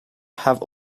have